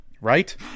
right